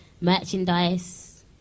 merchandise